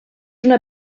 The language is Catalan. una